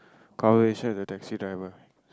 conversation with the taxi driver